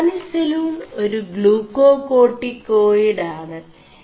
4പിഡാനിസലൂൺ ഒരു øøേ ാേകാർƒിേകായിട് ആണ്